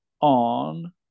on